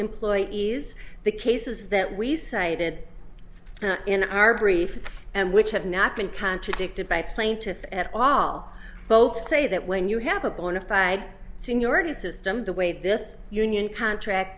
employees the cases that we cited in our brief and which have not been contradicted by plaintiff at all both say that when you have a bona fide seniority system the way this union contract